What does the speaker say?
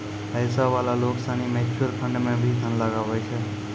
पैसा वाला लोग सनी म्यूचुअल फंड मे भी धन लगवै छै